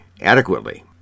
adequately